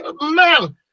man